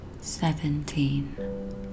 Seventeen